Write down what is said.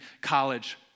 college